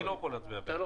אני לא יכול להצביע בעד.